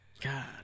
God